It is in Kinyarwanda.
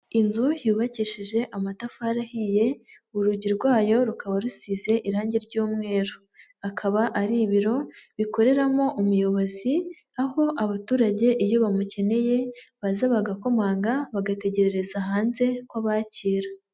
Inzu yubakishije amatafari ahiye, urugi rwayo rukaba rusize irangi ry'umweru. Akaba ari ibiro bikoreramo umuyobozi, aho abaturage iyo bamukeneye baza bagakomanga, bagategerereza hanze ko abakira.